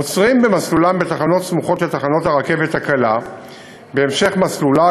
עוצרים במסלולם בתחנות סמוכות לתחנות הרכבת הקלה בהמשך מסלולה,